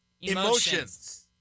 emotions